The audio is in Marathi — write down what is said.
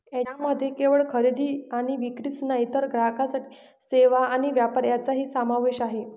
यामध्ये केवळ खरेदी आणि विक्रीच नाही तर ग्राहकांसाठी सेवा आणि व्यापार यांचाही समावेश आहे